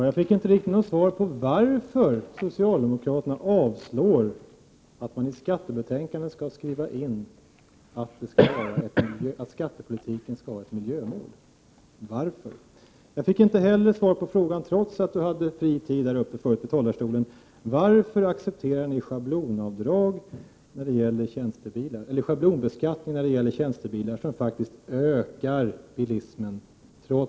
Fru talman! Jag fick inte något svar på frågan varför socialdemokraterna inte vill att man i skattebetänkandet skriver in att skattepolitiken skall ha ett miljömål. Varför? Jag fick inte heller, trots att Anita Johansson fick tala så länge hon ville, svar på frågan varför socialdemokraterna accepterar schablonbeskattning när det gäller tjänstebilar, vilket faktiskt ökar bilismen.